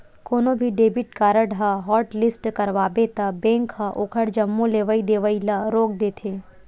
कोनो भी debit card ल हॉटलिस्ट करवाबे त बेंक ह ओखर जम्मो लेवइ देवइ ल रोक देथे